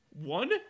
One